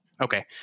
Okay